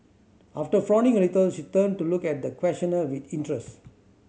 after frowning a little she turned to look at the questioner with interest